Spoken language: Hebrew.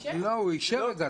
לא, הוא אישר את זה.